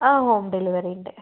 ആ home delivery ഉണ്ട്